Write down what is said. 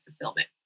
fulfillment